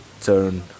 turn